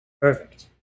Perfect